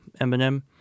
Eminem